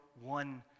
one